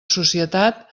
societat